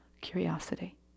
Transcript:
curiosity